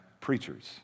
preachers